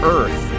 Earth